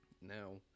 Now